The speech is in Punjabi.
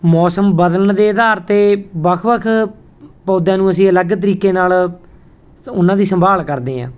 ਮੌਸਮ ਬਦਲਣ ਦੇ ਅਧਾਰ 'ਤੇ ਵੱਖ ਵੱਖ ਪੌਦਿਆਂ ਨੂੰ ਅਸੀਂ ਅਲੱਗ ਤਰੀਕੇ ਨਾਲ ਉਹਨਾਂ ਦੀ ਸੰਭਾਲ ਕਰਦੇ ਹਾਂ